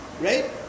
right